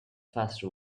faster